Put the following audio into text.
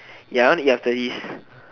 ya I want to eat after this